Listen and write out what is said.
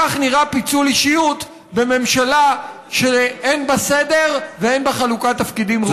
כך נראה פיצול אישיות בממשלה שאין בה סדר ואין בה חלוקת תפקידים ראויה.